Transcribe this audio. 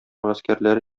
гаскәрләре